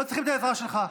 לא צריכים את העזרה שלך.